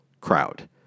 crowd